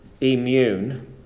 immune